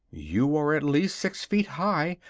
you are at least six feet high,